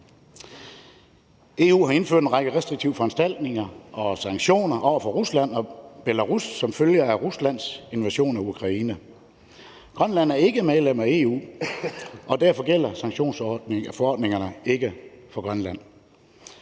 EU har indført en række restriktive foranstaltninger og sanktioner over for Rusland og Belarus som følge af Ruslands invasion af Ukraine. Grønland er ikke medlem af EU, og derfor gælder sanktionsforordningerne ikke for Grønland.